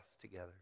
together